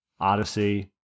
Odyssey